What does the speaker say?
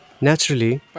Naturally